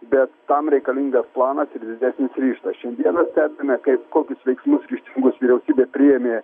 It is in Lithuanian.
bet tam reikalingas planas ir didesnis ryžtas šiandieną stebime kaip kokius veiksmus teisingus vyriausybė priėmė